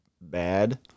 bad